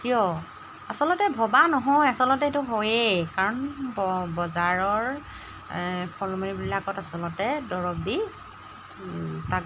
কিয় আচলতে ভবা নহয় আচলতে এইটো হয়েই কাৰণ বজাৰৰ ফল মূলবিলাকত আচলতে দৰৱ দি তাক